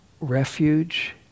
refuge